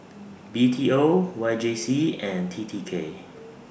B T O Y J C and T T K